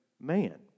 man